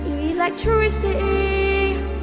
Electricity